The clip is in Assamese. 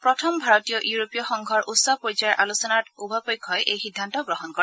প্ৰথম ভাৰতীয় ইউৰোপীয় সংঘৰ উচ্চ পৰ্যায়ৰ আলোচনাত উভয় পক্ষই এই সিদ্ধান্ত গ্ৰহণ কৰে